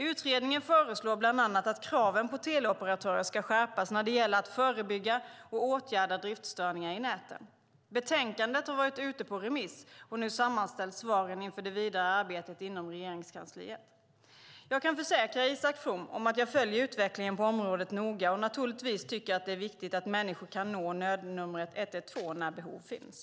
Utredningen föreslår bland annat att kraven på teleoperatörer ska skärpas när det gäller att förebygga och åtgärda driftsstörningar i näten. Betänkandet har varit ute på remiss, och nu sammanställs svaren inför det vidare arbetet inom Regeringskansliet. Jag kan försäkra Isak From om att jag följer utvecklingen på området noga, och naturligtvis tycker jag att det är viktigt att människor kan nå nödnumret 112 när behov finns.